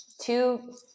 two